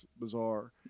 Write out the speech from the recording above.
bizarre